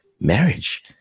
marriage